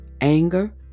anger